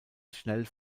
schnell